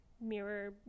mirror